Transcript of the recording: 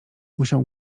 musiał